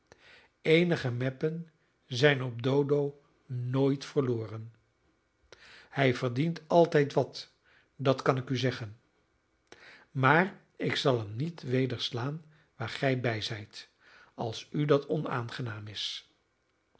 eenige meppen zijn op dodo nooit verloren hij verdient altijd wat dat kan ik u zeggen maar ik zal hem niet weder slaan waar gij bij zijt als u dat onaangenaam is